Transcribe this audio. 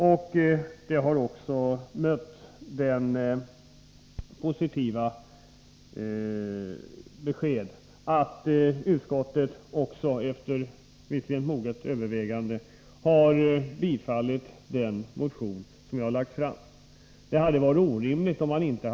Jag har också mötts av det = intäkternas positiva beskedet att utskottet, visserligen först efter moget övervägande, förvärvande, har biträtt den motion som jag har väckt. Det hade varit orimligt om maninte mm.m.